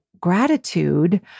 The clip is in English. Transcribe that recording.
gratitude